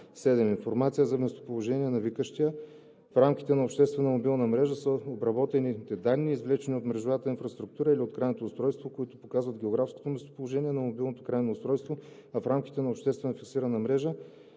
„7. „Информация за местоположението на викащия“ в рамките на обществена мобилна мрежа са обработените данни, извлечени от мрежовата инфраструктура или от крайното устройство, които показват географското местоположение на мобилното крайно устройство, а в рамките на обществена фиксирана мрежа